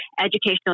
educational